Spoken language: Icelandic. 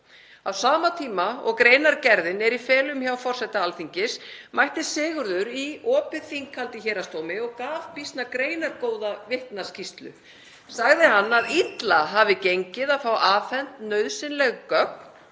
Á sama tíma og greinargerðin er í felum hjá forseta Alþingis mætti Sigurður í opið þinghald í héraðsdómi og gaf býsna greinargóða vitnaskýrslu. Sagði hann að illa hafi gengið að fá afhent nauðsynleg gögn